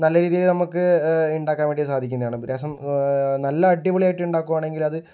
നല്ല രീതിയില് നമ്മൾക്ക് ഉണ്ടാക്കാന് വേണ്ടി സാധിക്കുന്നതാണ് രസം നല്ല അടിപൊളി ആയിട്ടുണ്ടാക്കുകയാണെങ്കില് അത്